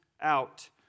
out